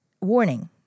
warning